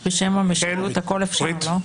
בשם המשילות, הכול אפשר, לא?